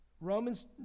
Romans